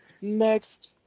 Next